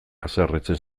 haserretzen